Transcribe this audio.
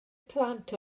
plant